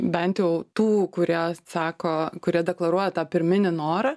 bent jau tų kurie sako kurie deklaruoja tą pirminį norą